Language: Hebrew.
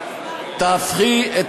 תהפכי את